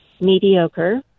mediocre